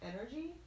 energy